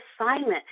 assignment